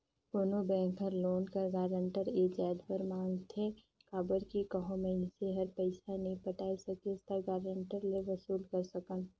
कोनो बेंक हर लोन कर गारंटर ए जाएत बर मांगथे काबर कि कहों मइनसे हर पइसा नी पटाए सकिस ता गारंटर ले वसूल कर सकन